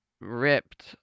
ripped